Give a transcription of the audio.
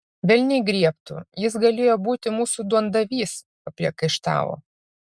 velniai griebtų jis galėjo būti mūsų duondavys papriekaištavo